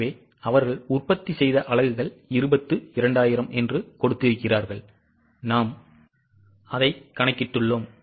எனவே அவர்கள் உற்பத்தி செய்த அலகுகள் 22000 என்று கொடுத்திருக்கிறார்கள் நாம் அதை கணக்கிட்டுள்ளோம்